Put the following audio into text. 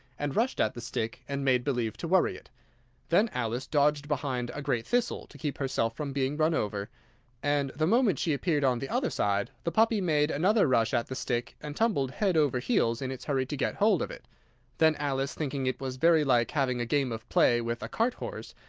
and rushed at the stick, and made believe to worry it then alice dodged behind a great thistle, to keep herself from being run over and, the moment she appeared on the other side, the puppy made another rush at the stick, and tumbled head over heels in its hurry to get hold of it then alice, thinking it was very like having a game of play with a cart-horse,